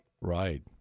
Right